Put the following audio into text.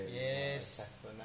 Yes